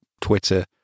Twitter